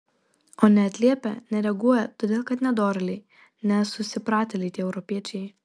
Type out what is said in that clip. o neatliepia nereaguoja todėl kad nedorėliai nesusipratėliai tie europiečiai